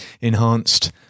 enhanced